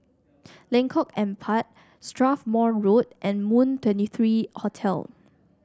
Lengkok Empat Strathmore Road and Moon Twenty three Hotel